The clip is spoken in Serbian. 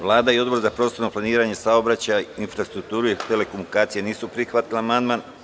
Vlada i Odbor za prostorno planiranje, saobraćaj, infrastrukturu i telekomunikacije nisu prihvatili amandman.